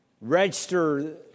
register